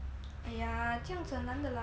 !aiya! 这样子很难的啦